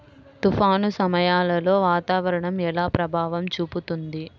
తుఫాను సమయాలలో వాతావరణం ఎలా ప్రభావం చూపుతుంది?